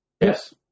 Yes